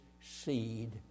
seed